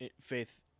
faith